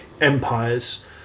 empires